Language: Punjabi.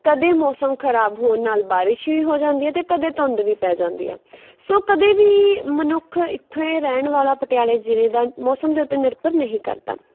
ਕਦੇ ਮੌਸਮ ਖਰਾਬ ਹੋਣ ਨਾਲ ਬਾਰਿਸ਼ ਵੀ ਹੋ ਜਾਂਦੀ ਹੈ ਅਤੇ ਕਦੇ ਧੁੰਦ ਵੀ ਪੈ ਜਾਂਦੀ ਹੈ ਸੋ ਕਦੇ ਵੀ ਮਨੁੱਖ ਇੱਥੇ ਰਹਿਣ ਵਾਲਾ ਪਟਿਆਲੇ ਜ਼ਿਲ੍ਹੇ ਦਾ ਮੌਸਮ ਦੇ ਉੱਤੇ ਨਿਰਭਰ ਨਹੀਂ ਕਰਦਾ